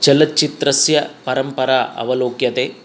चलच्चित्रस्य परम्परा अवलोक्यते